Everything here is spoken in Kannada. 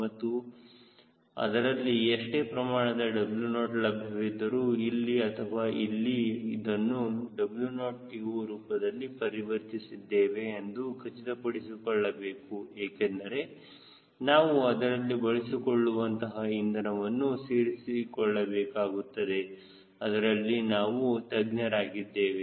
ಮತ್ತು ಅದರಲ್ಲಿ ಎಷ್ಟೇ ಪ್ರಮಾಣದ W0 ಲಭ್ಯವಿದ್ದರೂ ಇಲ್ಲಿ ಅಥವಾ ಇಲ್ಲಿ ಅದನ್ನು TO ರೂಪದಲ್ಲಿ ಪರಿವರ್ತಿಸಿದ್ದೇವೆ ಎಂದು ಖಚಿತಪಡಿಸಿಕೊಳ್ಳಬೇಕು ಏಕೆಂದರೆ ನಾವು ಅದರಲ್ಲಿ ಬಳಸಿಕೊಳ್ಳುವಂತಹ ಇಂಧನವನ್ನು ಸೇರಿಸಬೇಕಾಗುತ್ತದೆ ಅದರಲ್ಲಿ ನಾವು ತಜ್ಞರಾಗಿದ್ದೇವೆ